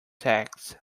tax